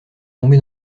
tombé